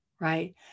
Right